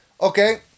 Okay